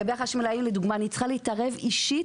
לגבי החשמלאים - אני צריכה להתערב אישית